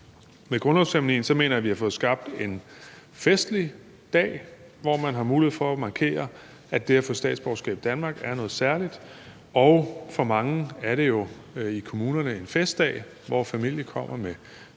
Med grundlovsceremonien mener jeg vi har fået skabt en festlig dag, hvor man har mulighed for at markere, at det at få statsborgerskab i Danmark er noget særligt, og for mange i kommunerne er det jo en festdag, hvor familien kommer med